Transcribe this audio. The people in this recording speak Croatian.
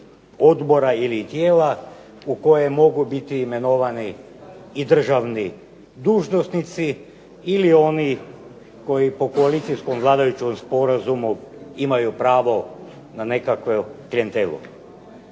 odbora ili tijela u koje mogu biti imenovani državni dužnosnici ili oni koji po koalicijskom vladajućem sporazumu imaju pravo na nekakvu klijentelu.